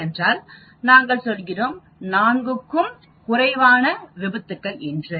ஏனென்றால் நாங்கள் சொல்கிறோம் 4 க்கும் குறைவான விபத்துக்கள் என்று